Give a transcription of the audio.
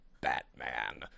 Batman